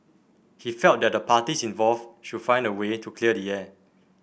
he felt that the parties involved should find a way to clear the air